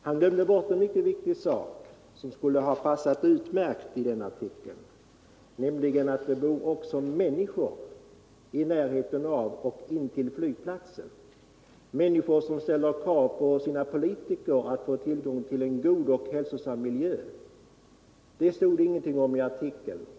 Han glömde en mycket viktig sak, som skulle ha passat utmärkt i den artikeln, nämligen att det också bor människor i närheten av och intill flygplatsen, människor som ställer krav på sina kritiker — att få tillgång till en god och hälsosam miljö. Det stod det ingenting om i artikeln.